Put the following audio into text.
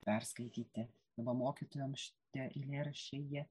perskaityti juoba mokytojam šitie eilėraščiai jie